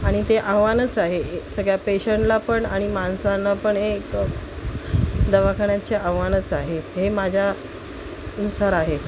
आणि ते आव्हानच आहे सगळ्या पेशंटला पण आणि माणसांना पण हे दवाखान्याचे आव्हानच आहे हे माझ्यानुसार आहे